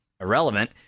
irrelevant